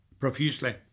profusely